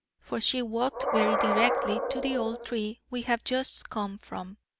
for she walked very directly to the old tree we have just come from,